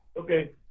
Okay